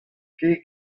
kae